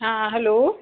हा हैलो